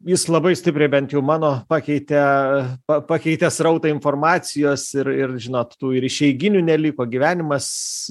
jis labai stipriai bent jau mano pakeitė pa pakeitė srautą informacijos ir ir žinot tų ir išeiginių neliko gyvenimas